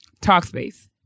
Talkspace